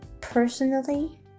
Personally